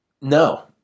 no